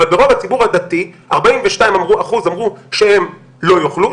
אבל רוב הציבור הדתי 42% אמרו שהם לא יאכלו,